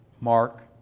Mark